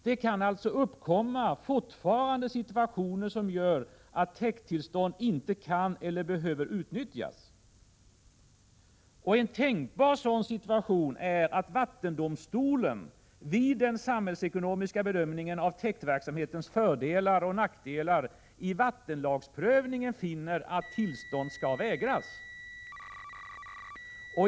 Det kan fortfarande uppkomma situationer, som gör att täkttillstånd inte kan eller behöver utnyttjas. En tänkbar sådan situation är att vattendomstolen vid den samhällsekonomiska bedömningen av täktverksamhetens fördelar och nack 19 delar i vattenlagprövningen finner att tillstånd skall vägras.